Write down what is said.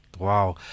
Wow